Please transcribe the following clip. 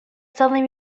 suddenly